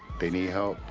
they need help,